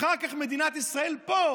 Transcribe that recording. אחר כך מדינת ישראל אומרת פה,